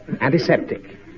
Antiseptic